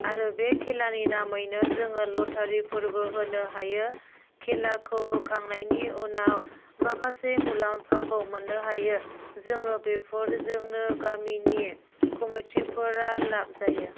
आरो बे खेलानि नामैनो जोङो लटारिफोरबो होनो हायो खेलाखौ होखांनायनि उनाव माखासे मुलाम्फाखौ मोन्नो हायो जोङो बेफोरजोंनो गामिनि कमिटिफोरा लाब जायो